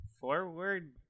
forward